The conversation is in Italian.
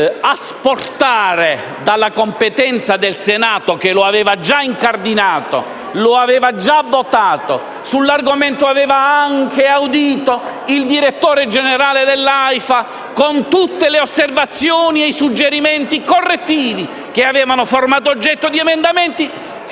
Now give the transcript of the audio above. asportare dalla competenza del Senato, che lo aveva già incardinato, lo aveva già votato e sull'argomento aveva anche audito il direttore generale dell'AIFA, con tutte le osservazioni e i suggerimenti correttivi che avevano formato oggetto di emendamenti.